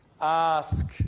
ask